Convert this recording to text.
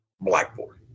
Blackboard